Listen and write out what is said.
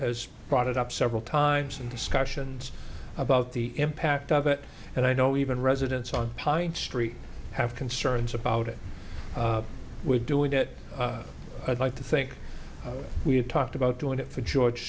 has brought it up several times in discussions about the impact of it and i don't even residents on pine street have concerns about it we're doing it i'd like to think we have talked about doing it for george